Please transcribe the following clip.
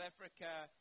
Africa